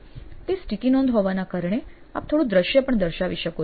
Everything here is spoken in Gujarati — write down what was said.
તે સ્ટીકી નોંધ હોવાના કારણે આપ થોડું દ્રશ્ય પણ દર્શાવી શકો છો